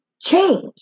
change